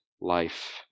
life